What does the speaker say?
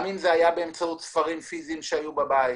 גם באמצעות ספרים פיזיים שהיו בבית,